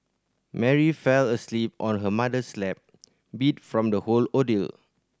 Mary fell asleep on her mother's lap beat from the whole ordeal